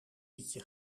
liedje